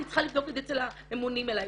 אני צריכה לבדוק את זה אצל הממונים עליי.